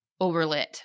overlit